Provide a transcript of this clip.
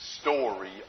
Story